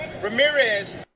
Ramirez